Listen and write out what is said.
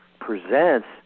presents